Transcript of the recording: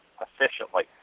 efficiently